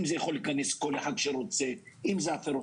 אם כל אחד שרוצה יכול להיכנס.